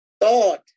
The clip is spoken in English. thought